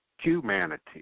Humanity